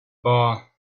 bar